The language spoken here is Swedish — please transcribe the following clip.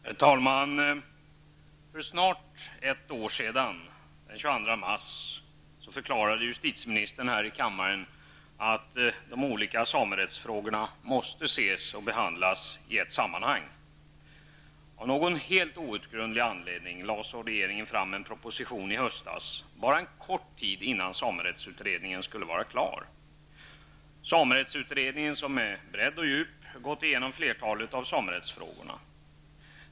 Herr talman! För snart ett år sedan -- den 22 mars -- förklarade justitieministern här i kammaren, att de olika samerättsfrågorna måste ses och behandlas i ett sammanhang. Av någon helt outgrundlig anledning lade så regeringen fram en proposition i höstas -- bara en kort tid innan samerättsutredningen skulle vara klar. Samerättsutredningen har med bredd och djup gått igenom flertalet av samerättsfrågorna.